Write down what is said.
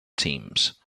teams